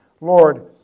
Lord